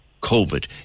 COVID